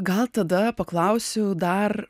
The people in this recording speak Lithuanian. gal tada paklausiu dar